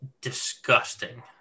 disgusting